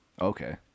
Okay